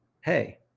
hey